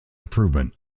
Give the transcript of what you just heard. improvement